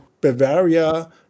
Bavaria